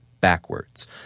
backwards